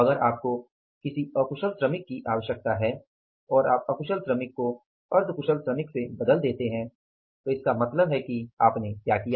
अगर आपको किसी अकुशल श्रमिक की आवश्यकता है और आप अकुशल श्रमिक को अर्ध कुशल श्रमिक से बदल देते हैं तो इसका मतलब है कि आपने क्या किया